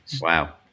Wow